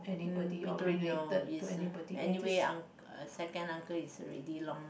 mm we don't know is uh anyway un~ second uncle is already long